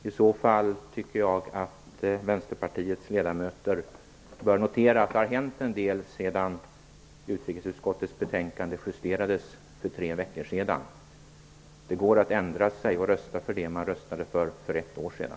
I så fall tycker jag att Vänsterpartiets ledamöter bör notera att det har hänt en del sedan utrikesutskottets betänkande justerades för tre veckor sedan. Det går att ändra sig och rösta för det man stödde för ett år sedan.